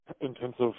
intensive